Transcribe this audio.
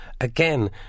again